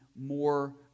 more